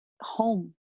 home